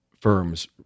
firms